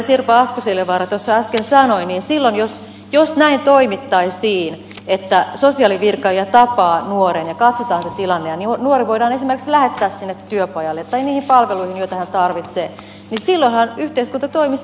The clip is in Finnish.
sirpa asko seljavaara tuossa äsken sanoi niin silloin jos näin toimittaisiin että sosiaalivirkailija tapaa nuoren ja katsotaan se tilanne nuori voidaan esimerkiksi lähettää sinne työpajalle tai niihin palveluihin joita hän tarvitsee niin silloinhan yhteiskunta toimisi vastuullisesti